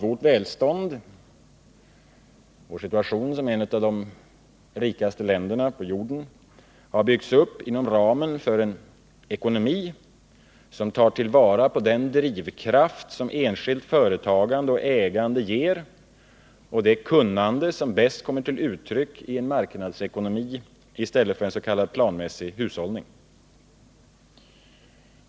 Vårt välstånd och vår situation som ett av de rikaste länderna på jorden har byggts upp inom ramen för en ekonomi, som tar till vara den drivkraft som enskilt företagande och ägande ger och det kunnande som bäst kommer till uttryck i en marknadsekonomi i stället för i en s.k. planmässig hushållning.